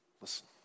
Listen